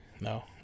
No